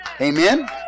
Amen